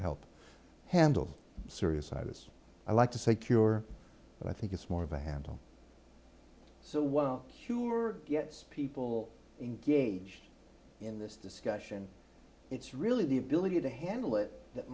help handle serious i was i like to say cure but i think it's more of a handle so while you're yes people engage in this discussion it's really the ability to handle it